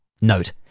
Note